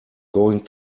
going